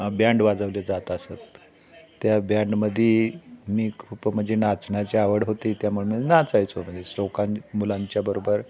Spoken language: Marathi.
बँड वाजवले जात असतात त्या बँडमध्ये मी खूप म्हणजे नाचण्याची आवड होती त्यामुळे मी नाचायचो म्हणजे लोकां मुलांच्या बरोबर